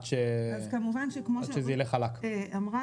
כמובן כמו שנאמר,